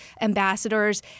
ambassadors